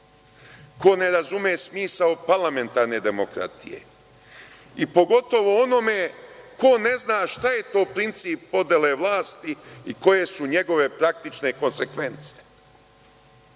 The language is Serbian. ko ne razume smisao parlamentarne demokratije i pogotovo onome ko ne zna šta je to princip podele vlasti i koje su njegove praktične konsekvence.